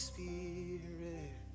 Spirit